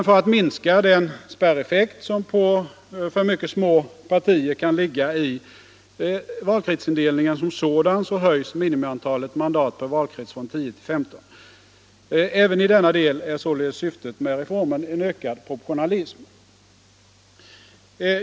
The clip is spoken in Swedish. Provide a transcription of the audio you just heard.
För att minska den spärreffekt som för mycket små partier kan ligga i valkretsindelningen som sådan höjs minimiantalet mandat per valkrets från 10 till 15. Även i denna del är således syftet med reformen en ökad proportionalism.